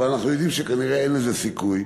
אבל אנחנו יודעים שכנראה אין לזה סיכוי.